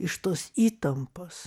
iš tos įtampos